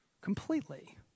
completely